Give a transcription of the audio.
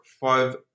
five